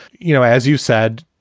you know, as you said,